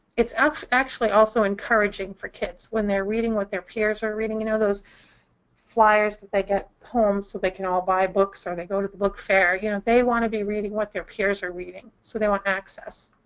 it's um actually also encouraging for kids when they're reading what their peers are reading. you know, those fliers that they get home so they can all buy books? or they go to the book fair, you know? they want to be reading what their peers are reading. so they want access.